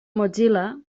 mozilla